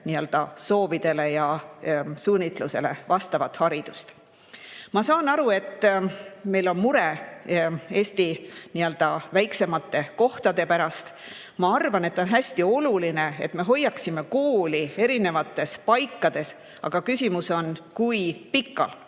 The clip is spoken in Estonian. nende soovidele ja suunitlusele vastavat haridust. Ma saan aru, et meil on mure Eesti väiksemate kohtade pärast. Ma arvan, et on hästi oluline, et me hoiaksime kooli erinevates paikades, aga küsimus on, kui pika